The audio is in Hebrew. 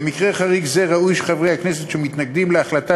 במקרה חריג זה ראוי שחברי הכנסת שמתנגדים להחלטת